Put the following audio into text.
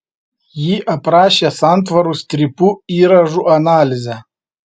ji aprašė santvarų strypų įrąžų analizę